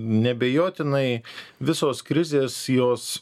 neabejotinai visos krizės jos